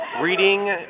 Reading